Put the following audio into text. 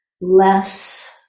less